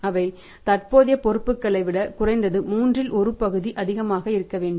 அவை தற்போதைய பொறுப்புக்களை விட குறைந்தது மூன்றில் ஒரு பகுதி அதிகமாக இருக்க வேண்டும்